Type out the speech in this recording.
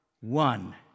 one